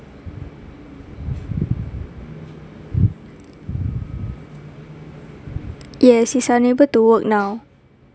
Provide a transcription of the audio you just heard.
yes he's unable to work now